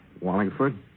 Wallingford